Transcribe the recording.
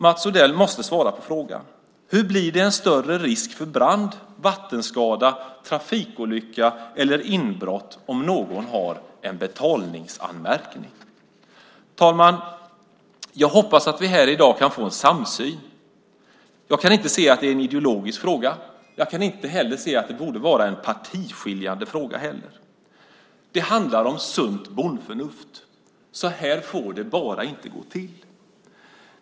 Mats Odell måste svara på frågan: Hur blir det en större risk för brand, vattenskada, trafikolycka eller inbrott om någon har en betalningsanmärkning? Fru talman! Jag hoppas att vi här i dag kan få en samsyn. Jag kan inte se att detta är en ideologisk fråga. Jag kan inte heller se att det borde vara en partiskiljande fråga. Det handlar om sunt bondförnuft. Så här får det bara inte gå till.